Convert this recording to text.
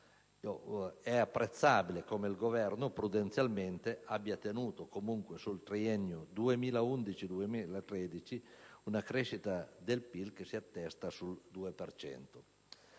È apprezzabile come il Governo, prudenzialmente, abbia tenuto comunque sul triennio 2011-2013 una crescita del PIL che si attesta sul due